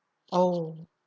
oh